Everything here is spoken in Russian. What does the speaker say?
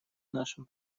нашем